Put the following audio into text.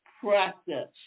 practice